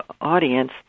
audience